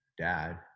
dad